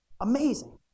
Amazing